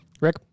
Rick